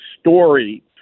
story